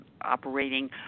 operating